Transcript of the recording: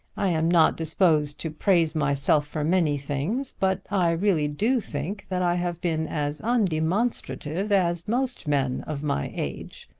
i am not disposed to praise myself for many things, but i really do think that i have been as undemonstrative as most men of my age.